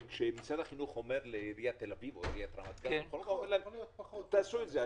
כשמשרד החינוך אומר לעיריית תל אביב או לעיריית רמת גן: תעשו את זה.